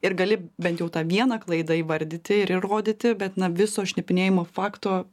ir gali bent jau tą vieną klaidą įvardyti ir įrodyti bet na viso šnipinėjimo fakto